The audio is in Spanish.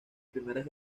primeras